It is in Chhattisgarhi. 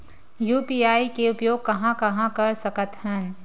यू.पी.आई के उपयोग कहां कहा कर सकत हन?